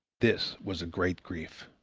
this was a great grief.